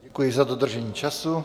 Děkuji za dodržení času.